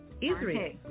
Israel